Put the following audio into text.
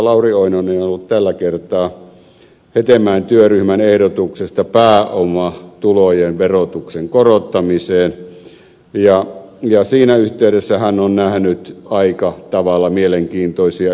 lauri oinonen on ollut tällä kertaa hetemäen työryhmän ehdotuksesta pääomatulojen verotuksen korottamiseksi ja siinä yhteydessä hän on nähnyt aika tavalla mielenkiintoisia yhteiskunnallisia ilmiöitä